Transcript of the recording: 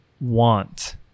want